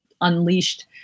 unleashed